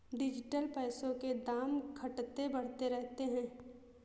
digital पैसों के दाम घटते बढ़ते रहते हैं